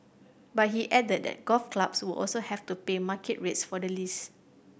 but he added that golf clubs would also have to pay market rates for the lease